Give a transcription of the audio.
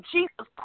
Jesus